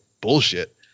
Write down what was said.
bullshit